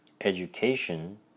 education